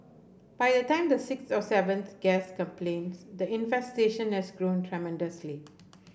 by the time the sixth or seventh guest complains the infestation has grown tremendously